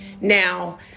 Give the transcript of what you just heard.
Now